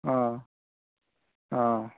ହଁ ହଁ